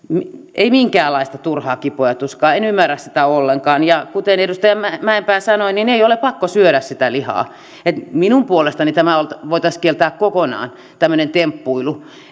ei minkäänlaista turhaa kipua ja tuskaa en ymmärrä sitä ollenkaan kuten edustaja mäkipää sanoi ei ole pakko syödä sitä lihaa minun puolestani voitaisiin kieltää kokonaan tämmöinen temppuilu